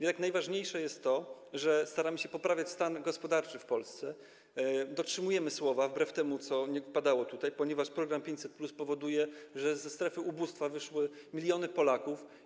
Jednak najważniejsze jest to, że staramy się poprawiać stan gospodarczy w Polsce, dotrzymujemy słowa wbrew temu, co tutaj padało, ponieważ program 500+ powoduje, że ze strefy ubóstwa wyszły miliony Polaków.